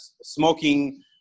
smoking